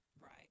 Right